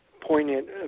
poignant